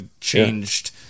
changed